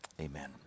amen